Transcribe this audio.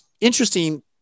interesting